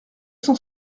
cent